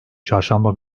çarşamba